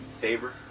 Favor